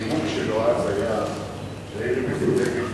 הנימוק שלו אז היה שהעיר מפולגת,